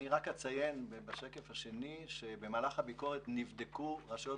אני אציין שבמהלך הביקורת נבדקו רשויות